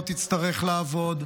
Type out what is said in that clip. לא תצטרך לעבוד.